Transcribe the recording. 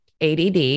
ADD